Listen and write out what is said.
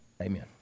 Amen